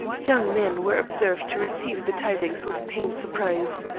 young men were observed to receive the tidings with pained surprise.